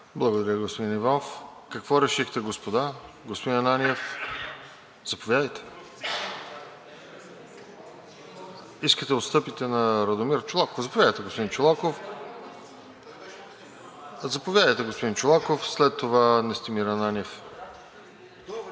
Благодаря, господин Иванов. Какво решихте, господа? Господин Ананиев, заповядайте. Искате да отстъпите на Радомир Чолаков. Заповядайте, господин Чолаков. След това Настимир Ананиев.